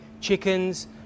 chickens